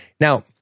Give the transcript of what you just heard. Now